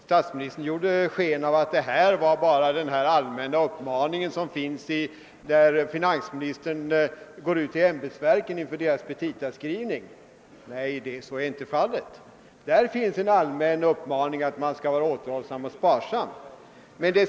Herr Palme ville ge sken av att det bara var en allmän uppmaning från finansministern till ämbetsverken att vara återhållsamma och sparsamma vid sin petitaskrivning, men så är inte fallet.